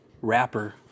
rapper